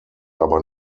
aber